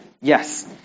yes